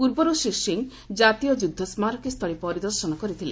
ପୂର୍ବରୁ ଶ୍ରୀ ସିଂହ ଜାତୀୟ ଯୁଦ୍ଧସ୍କାରକୀ ସ୍ଥଳୀ ପରିଦର୍ଶନ କରିଥିଲେ